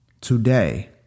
Today